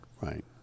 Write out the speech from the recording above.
Right